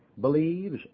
believes